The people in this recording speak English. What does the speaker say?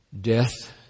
death